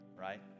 right